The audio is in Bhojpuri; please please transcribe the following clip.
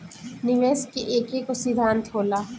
निवेश के एकेगो सिद्धान्त होला